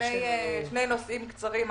שני נושאים קצרים.